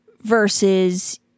Versus